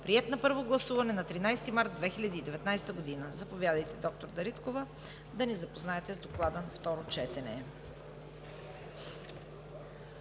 Приет е на първо гласуване на 13 март 2019 г. Заповядайте, доктор Дариткова, да ни запознаете с Доклада на второ четене.